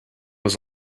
was